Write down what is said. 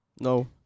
No